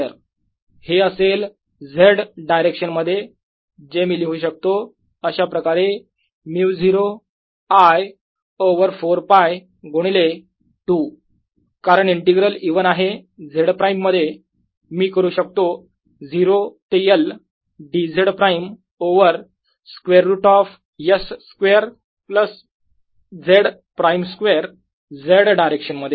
हे असेल Z direction मध्ये जे मी लिहू शकतो अशाप्रकारे μ0 I ओवर 4π गुणिले 2 कारण इंटीग्रल इव्हन आहे Z प्राईम मध्ये मी करू शकतो 0 ते L dz prime over square root of S square plus Z prime square Z direction मध्ये